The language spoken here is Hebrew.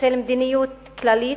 של מדיניות כללית,